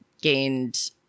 gained